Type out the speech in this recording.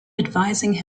advising